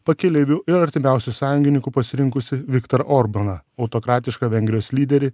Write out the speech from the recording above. pakeleiviu ir artimiausiu sąjungininku pasirinkusi viktar orbaną autokratišką vengrijos lyderį